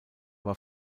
war